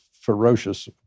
ferocious